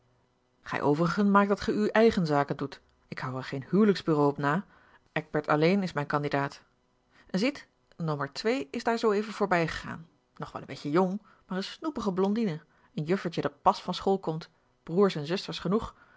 gij overigen maakt dat ge uwe eigene zaken doet ik houd er geen huwelijksbureau op na eckbert alleen is mijn kandidaat en ziet nommer twee is daar zooeven voorbijgegaan nog wel een beetje jong maar eene snoepige blondine een juffertje dat pas van school komt broers en zusters genoeg